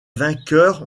vainqueur